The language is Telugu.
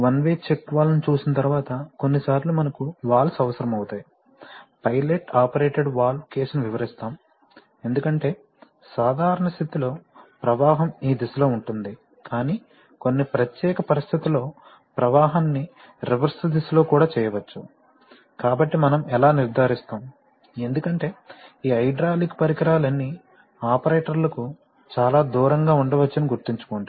వన్ వే చెక్ వాల్వ్ ను చూసిన తరువాత కొన్నిసార్లు మనకు వాల్వ్స్ అవసరమవుతాయి పైలట్ ఆపరేటెడ్ వాల్వ్స్ కేసును వివరిస్తాము ఎందుకంటే సాధారణ స్థితిలో ప్రవాహం ఈ దిశలో ఉంటుంది కానీ కొన్ని ప్రత్యేక పరిస్థితులలో ప్రవాహాన్ని రివర్స్ దిశలో కూడా చేయవచ్చు కాబట్టి మనం ఎలా నిర్ధారిస్తాము ఎందుకంటే ఈ హైడ్రాలిక్ పరికరాలన్నీ ఆపరేటర్లకు చాలా దూరంగా ఉండవచ్చని గుర్తుంచుకోండి